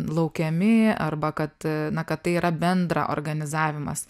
laukiami arba kad na kad tai yra bendra organizavimas